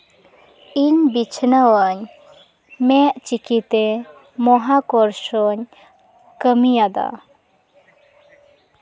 ᱤᱧ ᱵᱤᱪᱷᱱᱟᱹᱣᱟᱹᱧ ᱢᱮᱫ ᱪᱤᱠᱤᱛᱮ ᱢᱚᱦᱟᱠᱚᱨᱥᱚᱧ ᱠᱟᱹᱢᱤᱭᱟᱫᱟ